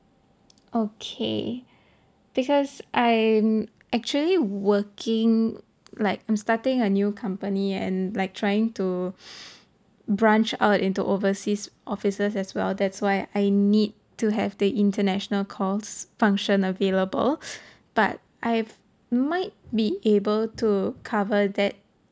okay because I'm actually working like I'm starting a new company and like trying to branch out into overseas offices as well that's why I need to have the international calls function available but I might be able to cover that